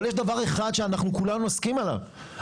אבל יש דבר אחד שאנחנו כולנו עוסקים עליו.